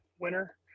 winner